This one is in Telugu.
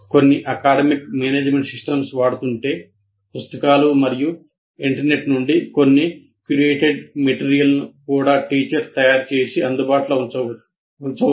కొన్ని అకాడెమిక్ మేనేజ్మెంట్ సిస్టమ్స్ వాడుతుంటే పుస్తకాలు మరియు ఇంటర్నెట్ నుండి కొన్ని క్యూరేటెడ్ మెటీరియల్ను కూడా టీచర్ తయారు చేసి అందుబాటులో ఉంచవచ్చు